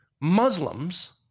Muslims